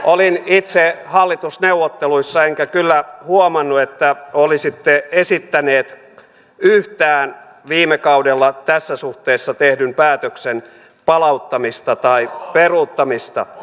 olin itse hallitusneuvotteluissa enkä kyllä huomannut että olisitte esittäneet yhdenkään viime kaudella tässä suhteessa tehdyn päätöksen palauttamista tai peruuttamista